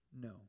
no